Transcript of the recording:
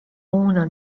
una